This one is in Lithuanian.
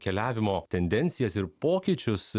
keliavimo tendencijas ir pokyčius